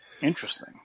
Interesting